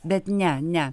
bet ne ne